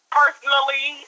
personally